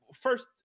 First